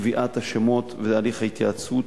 קביעת השמות והליך ההתייעצות